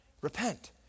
Repent